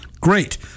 great